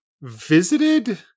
visited